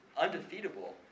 undefeatable